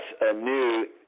anew